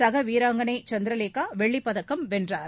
சக வீராங்கனை சந்திரலேகா வெள்ளிப் பதக்கம் வென்றார்